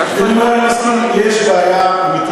כך, אז אני אומר, אני מסכים.